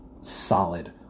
solid